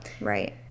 right